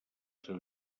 seu